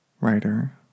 writer